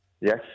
Yes